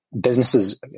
businesses